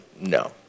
No